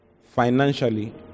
financially